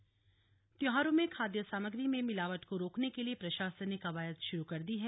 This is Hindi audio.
मिलावट पर अभियान त्योहारों में खाद्य सामग्री में मिलावट को रोकने के लिए प्रशासन ने कवायद शुरू कर दी है